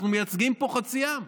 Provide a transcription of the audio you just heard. אנחנו מייצגים פה חצי עם.